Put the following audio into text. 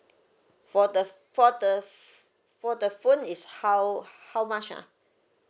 for the for the for the phone is how how much ah